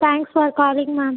thanks for calling ma'am